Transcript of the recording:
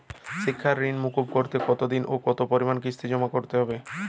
শিক্ষার ঋণ মুকুব করতে কতোদিনে ও কতো পরিমাণে কিস্তি জমা করতে হবে?